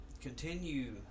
continue